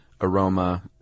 aroma